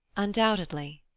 undoubtedly.